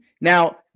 now